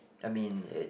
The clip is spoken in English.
I mean it's